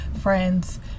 friends